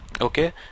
Okay